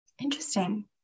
Interesting